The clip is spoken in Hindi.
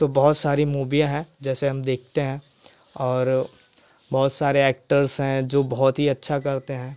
तो बहुत सारी मूवीयाँ है जैसे हम देखते हैं और बहुत सारे एक्टर्स हैं जो बहुत ही अच्छा करते हैं